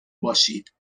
باشید